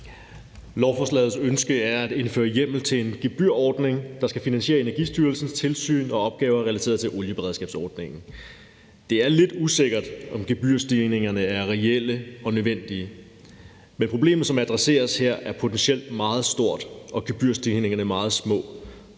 Lovforslagets ønske er at indføre hjemmel til en gebyrordning, der skal finansiere Energistyrelsens tilsyn og opgaver relateret til olieberedskabsordningen. Det er lidt usikkert, om gebyrstigningerne er reelle og nødvendige, men problemet, som adresseres her, er potentielt meget stort, og gebyrstigningerne meget små.